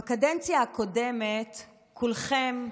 בקדנציה הקודמת כולכם,